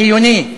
חיוני,